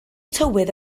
tywydd